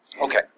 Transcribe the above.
Okay